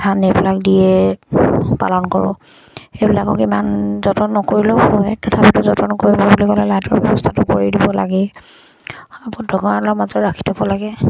ধান এইবিলাক দিয়ে পালন কৰোঁ সেইবিলাকক ইমান যতন নকৰিলেও হয় তথাপিতো যতন কৰিব বুলি ক'লে লাইটৰ ব্যৱস্থাটো কৰি দিব লাগে মাজত ৰাখি থ'ব লাগে